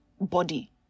body